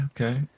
Okay